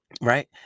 Right